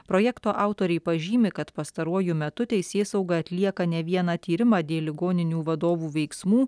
projekto autoriai pažymi kad pastaruoju metu teisėsauga atlieka ne vieną tyrimą dėl ligoninių vadovų veiksmų